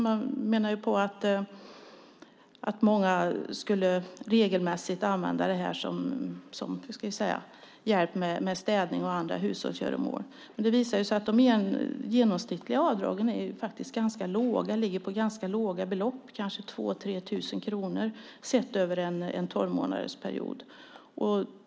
Man menar ju på att många regelmässigt skulle använda det här för hjälp med städning och andra hushållsgöromål. Men det visar sig att de genomsnittliga avdragen faktiskt ligger på ganska låga belopp, kanske 2 000-3 000 kronor sett över en tolvmånadersperiod.